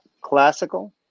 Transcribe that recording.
Classical